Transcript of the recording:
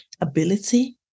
ability